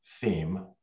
theme